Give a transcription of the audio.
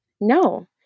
No